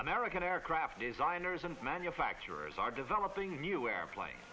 american aircraft designers and manufacturers are developing new airplane